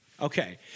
Okay